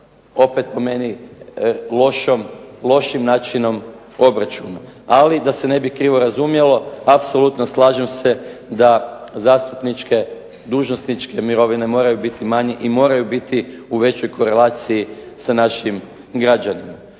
opet po meni lošim načinom obračuna. Ali da se ne bi krivo razumjelo apsolutno slažem se da zastupničke, dužnosničke mirovine moraju biti manje i moraju biti u većoj korelaciji sa našim građanima.